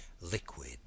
liquid